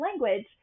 language